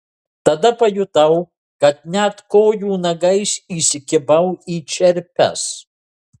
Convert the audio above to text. tada pajutau kad net kojų nagais įsikibau į čerpes